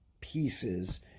pieces